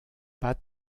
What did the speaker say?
pat